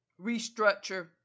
restructure